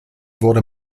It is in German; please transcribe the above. wurde